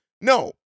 No